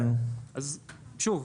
שוב,